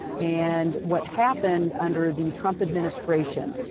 and what happened, under the trump administration,